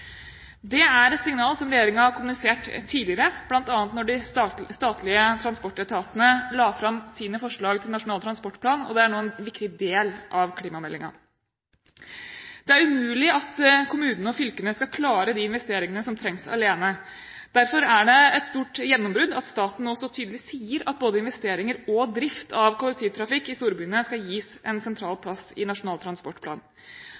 Det er et signal som regjeringen har kommunisert tidligere, bl.a. da de statlige transportetatene la fram sine forslag til Nasjonal transportplan, og det er nå en viktig del av klimameldingen. Det er umulig at kommunene og fylkene skal klare de investeringene som trengs, alene. Derfor er det et stort gjennombrudd at staten nå så tydelig sier at både investeringer og drift av kollektivtrafikk i storbyene skal gis en sentral plass i Nasjonal transportplan.